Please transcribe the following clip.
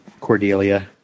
Cordelia